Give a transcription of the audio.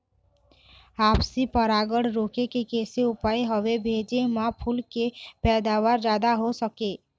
आपसी परागण रोके के कैसे उपाय हवे भेजे मा फूल के पैदावार जादा हों सके?